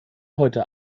heute